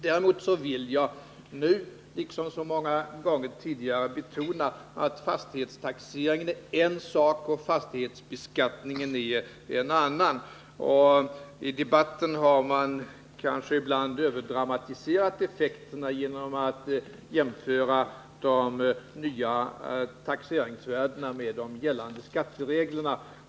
Däremot vill jag nu, liksom så många gånger tidigare, betona att fastighetstaxeringen är en sak och fastighetsbeskattningen är en annan sak. I debatten har man kanske ibland överdramatiserat effekterna genom att jämföra de nya taxeringsvärdena med de gällande skattereglerna.